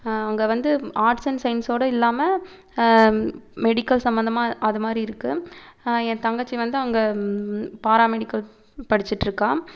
அங்கே வந்து arts and science ஓட இல்லாமல் மெடிக்கல் சம்மந்தமாக அதுமாதிரி இருக்கு என் தங்கச்சி வந்து அங்கே பாரா மெடிக்கல் படிச்சுட்டுருக்கா